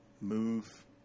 move